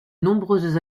nombreuses